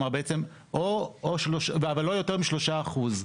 אבל לא יותר מ-3%.